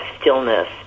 stillness